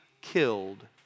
killed